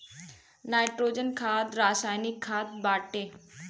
nitrogen खाद रासायनिक खाद बाटे